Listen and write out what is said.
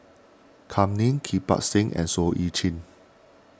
Kam Ning Kirpal Singh and Seah Eu Chin